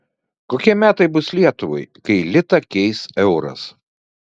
kokie metai bus lietuvai kai litą keis euras